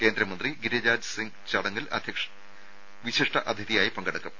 കേന്ദ്രമന്ത്രി ഗിരിരാജ് സിങ്ങ് ചടങ്ങിൽ വിശിഷ്ടാതിഥിയായിരിക്കും